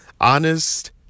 Honest